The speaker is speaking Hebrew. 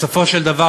בסופו של דבר,